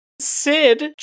Sid